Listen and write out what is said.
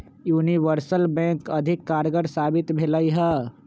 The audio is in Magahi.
यूनिवर्सल बैंक अधिक कारगर साबित भेलइ ह